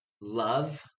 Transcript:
love